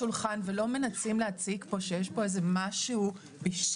אתה יודע היטב לא לשלוח כשיש לך טיפולים בקהילה.